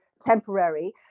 temporary